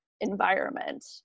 environment